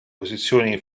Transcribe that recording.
posizioni